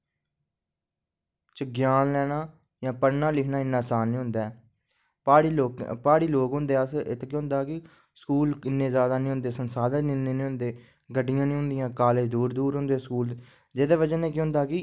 च ज्ञान लैना जां पढ़ना लिखना इन्ना आसान निं होंदा ऐ प्हाड़ी लोक होदे अस इत्त केह् होंदा कि अस स्कूल जादै निं होंदे संसाधन इन्ने निं होंदे गड्डियां निं होंदियां कॉलेज दूर दूर होंदे जेह्दी बजह कन्नै केह् होंदा कि